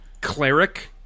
Cleric